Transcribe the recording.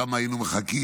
כמה היינו מחכים,